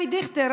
אבי דיכטר,